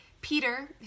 Peter